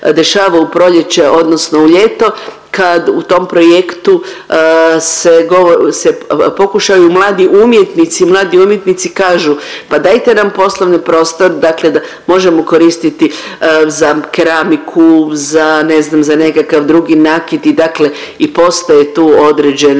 u proljeće odnosno u ljeto kad u tom projektu se govo… se pokušaju mladi umjetnici, mladi umjetnici kažu pa dajte nam poslovni prostor dakle da možemo koristiti za keramiku, za ne znam za nekakav drugi nakit i dakle i postoje tu određene